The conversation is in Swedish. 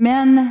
Stockholm har